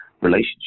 relationship